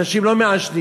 אנשים לא מעשנים.